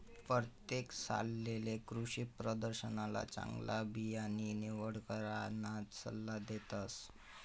परतेक सालले कृषीप्रदर्शनमा चांगला बियाणानी निवड कराना सल्ला देतस